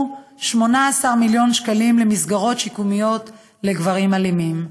18 מיליון שקלים במסגרות שיקומיות לגברים אלימים.